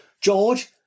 George